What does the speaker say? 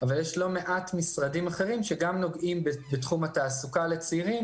אבל יש לא מעט משרדים אחרים שגם נוגעים בתחום התעסוקה לצעירים.